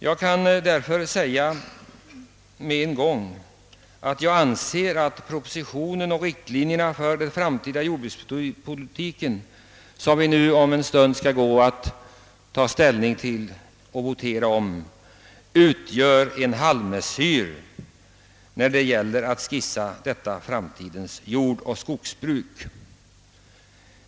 Jag kan därför säga med en gång att jag anser att propositionen om riktlinjerna för den framtida jordbrukspolitiken, som vi om en stund skall votera om, utgör en halvmesyr när det gäller att skissera framtidens jordoch skogsbruk.